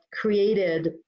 created